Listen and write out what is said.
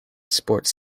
sports